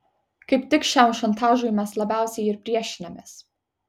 kaip tik šiam šantažui mes labiausiai ir priešinamės